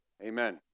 Amen